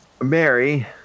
Mary